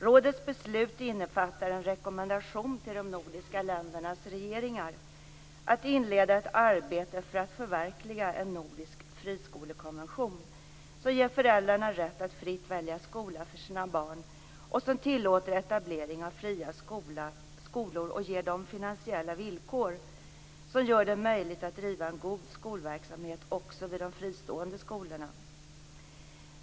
Rådets beslut innefattar en rekommendation till de nordiska ländernas regeringar att inleda ett arbete för att förverkliga en nordisk friskolekonvention som ger föräldrarna rätt att fritt välja skola för sina barn och som tillåter etablering av fria skolor och ger dem finansiella villkor som gör det möjligt att driva en god skolverksamhet också vid de fristående skolorna.